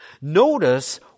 Notice